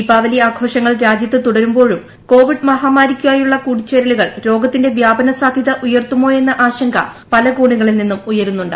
ദീപാവലി ആഘോഷങ്ങൾ രാജൃത്ത് തുടരുമ്പോളും കോവിഡ് മഹാമാരിയ്ക്കിടയിലുള്ള കൂടിച്ചേരലുകൾ രോഗത്തിന്റെ വ്യാപനസാധ്യത ഉയർത്തുമോയെന്ന ആശ്രങ്ക പല കോണുകളിൽ നിന്നും ഉയരുന്നുണ്ട്